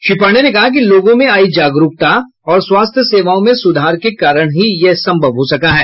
श्री पाण्डेय ने कहा कि लोगों में आई जागरूकता और स्वास्थ्य सेवाओं में सुधार के कारण ही यह संभव हो सका है